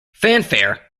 fanfare